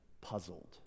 puzzled